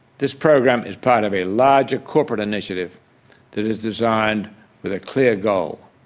this program is part of a larger corporate initiative that is designed with a clear goal